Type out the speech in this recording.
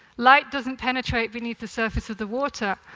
light doesn't penetrate beneath the surface of the water,